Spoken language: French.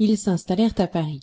ils s'installèrent à paris